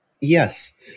Yes